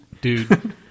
Dude